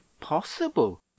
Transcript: possible